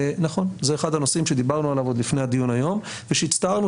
זה אחד הנושאים שדיברנו עליו עוד לפני הדיון היום ושהצטערנו